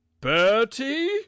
bertie